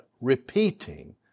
repeating